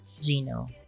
Gino